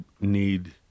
need